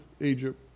Egypt